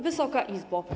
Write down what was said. Wysoka Izbo!